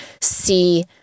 see